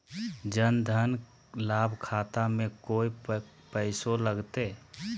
जन धन लाभ खाता में कोइ पैसों लगते?